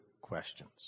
questions